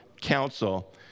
Council